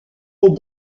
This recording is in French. est